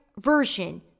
version